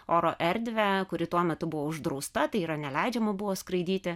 oro erdvę kuri tuo metu buvo uždrausta tai yra neleidžiama buvo skraidyti